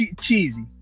cheesy